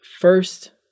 first